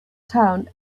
town